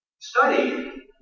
study